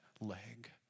leg